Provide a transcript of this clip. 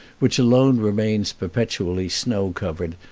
which alone remains perpetually snow-covered,